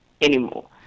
anymore